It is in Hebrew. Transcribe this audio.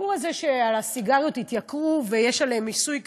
הסיפור הזה שהסיגריות התייקרו ויש עליהן מיסוי כפול,